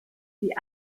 die